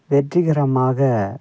வெற்றிகரமாக